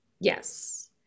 Yes